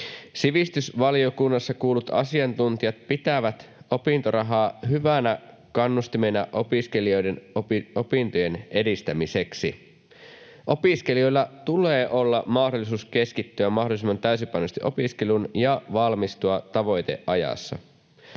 Sivistysvaliokunnassa kuullut asiantuntijat pitävät opintorahaa hyvänä kannustimena opiskelijoiden opintojen edistämiseksi. Opiskelijoilla tulee olla mahdollisuus keskittyä mahdollisimman täysipainoisesti opiskeluun ja valmistua tavoiteajassa.